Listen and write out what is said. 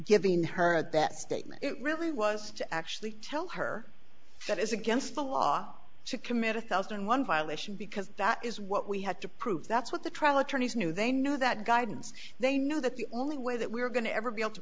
giving her that statement really was to actually tell her that is against the law to commit a thousand and one violation because that is what we had to prove that's what the trial attorneys knew they knew that guidance they knew that the only way that we're going to ever be able to